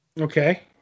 Okay